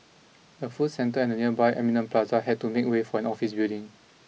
the food centre and the nearby Eminent Plaza had to make way for an office building